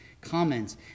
comments